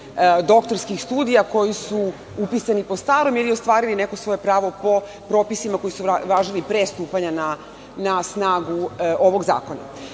doktorskih studija, koji su upisani po starom ili ostvaruju neko svoje pravo po propisima koji su važili pre stupanja na snagu ovog